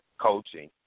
coaching